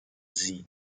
sie